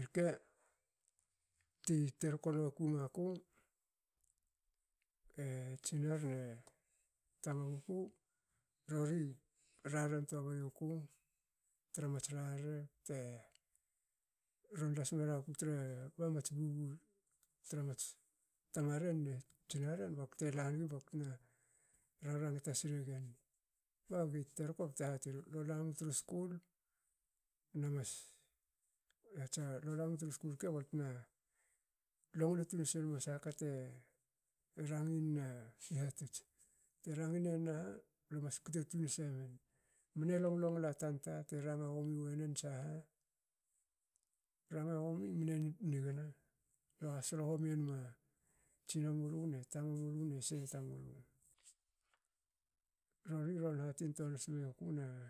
irke ti terko noku maku e tsinar ne tamaguku rori rarren toa bei ioku tramats rarre te ron las meruku tre ba mats bubu tra mats tamaren ne tsinaren bakte lanigi baktna ra- rangta sregen. bagi terko bte hateri lue lam tru skul. lue mas tsa lelam tru skul rke baltna longlo tun senma sha kate rangin ne hihatots. Te rangi nenin aha lemas kute tun semen. mne long longla tanta te ranga homi wenen tsaha. ranga homi mne nigna lo hasolo homi enma tsinamulu ne tamamulu nese tamulu. Rori ron hatin toan smi yoku na